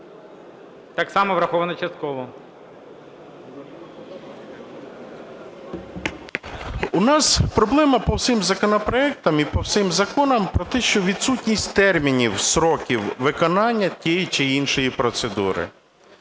Так само врахована частково. 11:48:05 МАМКА Г.М. У нас проблема по всім законопроектам і по всім законам про те, що відсутність термінів, строків виконання тієї чи іншої процедури.